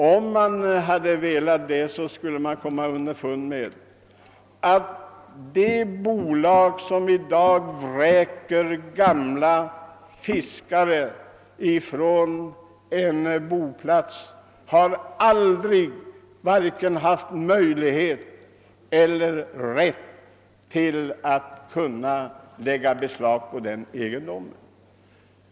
Om man hade gjort det, skulle man ha kommit underfund med att det bolag som i dag vräker gamla fiskare från deras boplatser aldrig haft rätt att lägga beslag på egendomarna.